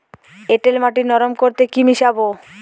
এঁটেল মাটি নরম করতে কি মিশাব?